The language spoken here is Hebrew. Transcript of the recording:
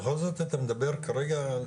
בכל זאת אתה מדבר כרגע על